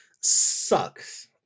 sucks